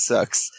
Sucks